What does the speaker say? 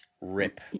rip